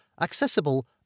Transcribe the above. accessible